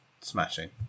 smashing